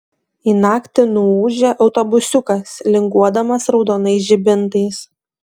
į naktį nuūžia autobusiukas linguodamas raudonais žibintais